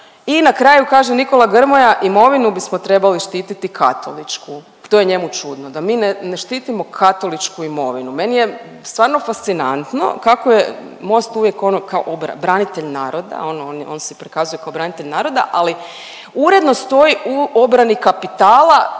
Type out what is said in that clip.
I na kraju kaže Nikola Grmoja, imovinu bismo trebali štititi katoličku. To je njemu čudno da mi ne štitimo katoličku imovinu. Meni je stvarno fascinantno kako je Most uvijek ono kao branitelj naroda, ono on, on se prikazuje kao branitelj naroda, ali uredno stoji u obrani kapitala,